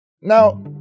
Now